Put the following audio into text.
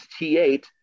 T8